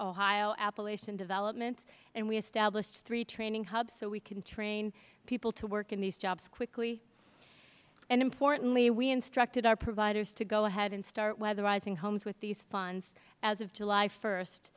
ohio appalachian development and we established three training hubs so we can train people to work in these jobs quickly and importantly we instructed our providers to go ahead and start weatherizing homes with these funds as of july